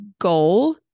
goal